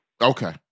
Okay